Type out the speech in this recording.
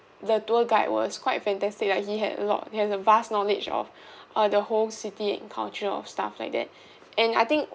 the tour guide was quite fantastic like he had a lot he has a vast knowledge of uh the whole city and culture of stuff like that and I think